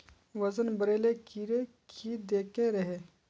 वजन बढे ले कीड़े की देके रहे?